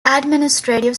administrative